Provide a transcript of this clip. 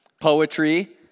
poetry